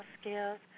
skills